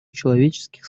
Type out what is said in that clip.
человеческих